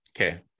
Okay